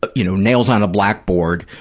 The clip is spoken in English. but you know, nails on a blackboard,